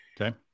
Okay